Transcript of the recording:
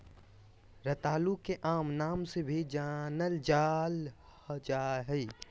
रतालू के आम नाम से भी जानल जाल जा हइ